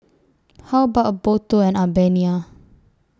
How about A Boat Tour on Albania